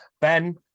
Ben